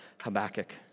Habakkuk